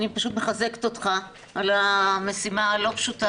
אני פשוט מחזקת אותך על המשימה הלא פשוטה.